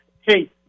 hey